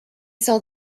saw